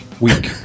Week